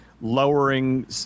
lowering